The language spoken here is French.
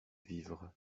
vivres